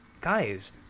guys